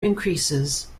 increases